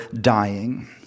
dying